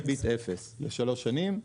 הלוואה בריבית 0 לשלוש שנים.